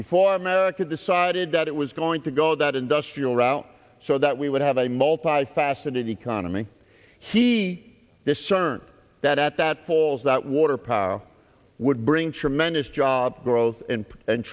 before america decided that it was going to go that industrial route so that we would have a multifaceted economy he this journey that at that falls that water power would bring tremendous job growth and